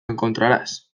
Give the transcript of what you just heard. encontrarás